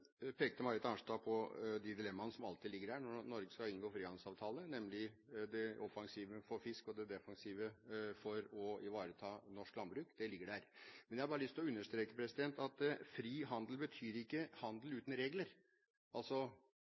Marit Arnstad pekte på de dilemmaene som alltid ligger der når Norge skal inngå frihandelsavtaler, nemlig det offensive for fisk og det defensive for å ivareta norsk landbruk. Det ligger der, men jeg har lyst til å understreke at fri handel betyr ikke handel uten regler.